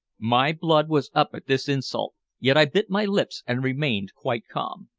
my blood was up at this insult, yet i bit my lips and remained quite calm.